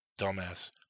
dumbass